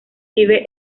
vive